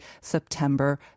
September